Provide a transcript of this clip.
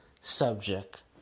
subject